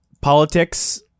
politics